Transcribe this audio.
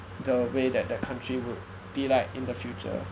the way that the country would be like in the future